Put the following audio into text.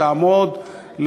תעמוד,